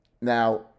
Now